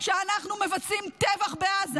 שאנחנו מבצעים טבח בעזה,